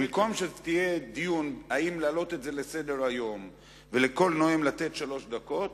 במקום שיהיה דיון אם להעלות את זה לסדר-היום ולכל נואם לתת שלוש דקות,